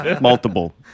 multiple